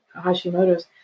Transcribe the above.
Hashimoto's